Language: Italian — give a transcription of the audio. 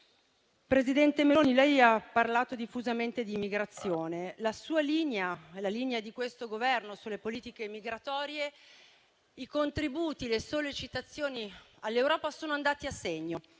Presidente Meloni, lei ha parlato diffusamente di immigrazione. La sua linea e la linea di questo Governo sulle politiche migratorie, i contributi, le sollecitazioni all'Europa, sono andati a segno.